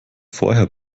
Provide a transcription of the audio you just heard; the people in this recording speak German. vorher